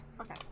Okay